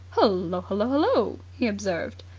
hullo! hullo! hullo! he observed.